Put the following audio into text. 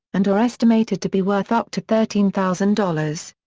and are estimated to be worth up to thirteen thousand dollars.